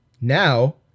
Now